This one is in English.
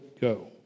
go